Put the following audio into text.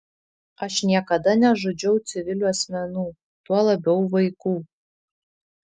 aš niekada nežudžiau civilių asmenų tuo labiau vaikų